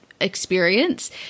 experience